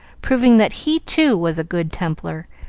proving that he too was a good templar,